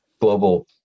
global